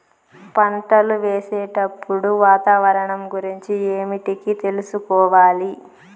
పంటలు వేసేటప్పుడు వాతావరణం గురించి ఏమిటికి తెలుసుకోవాలి?